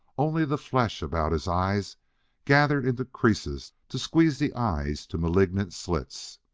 only the flesh about his eyes gathered into creases to squeeze the eyes to malignant slits.